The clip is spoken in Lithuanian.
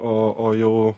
o o jau